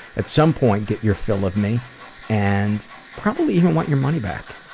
at some point, get your fill of me and probably even want your money back.